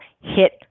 hit